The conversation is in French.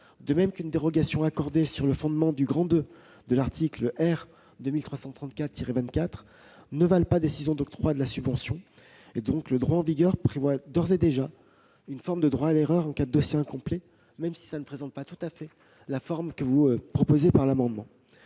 de même qu'une dérogation accordée sur le fondement du II de l'article R. 2334-24 ne valent pas décision d'octroi de la subvention ». Le droit en vigueur prévoit donc d'ores et déjà une forme de droit à l'erreur en cas de dossier incomplet, même si cela ne se présente pas tout à fait sous la forme que vous proposez dans l'amendement.